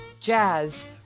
jazz